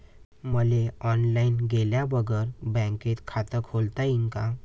मले ऑनलाईन गेल्या बगर बँकेत खात खोलता येईन का?